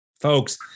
folks